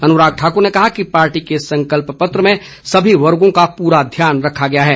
अनुराग ठाकुर ने कहा कि पार्टी के संकल्प पत्र में सभी वर्गों का पूरा ध्यान रखा गया है